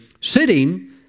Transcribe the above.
sitting